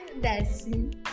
dancing